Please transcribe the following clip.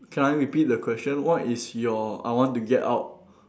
can I repeat the question what is your I want to get out